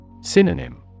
Synonym